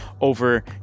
over